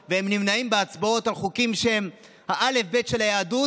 שלהם ונמנעים בהצבעות על חוקים שהם האלף-בית של היהדות.